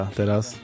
teraz